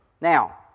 Now